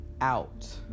out